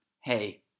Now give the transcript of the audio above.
hey